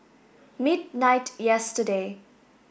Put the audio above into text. midnight yesterday